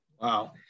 Wow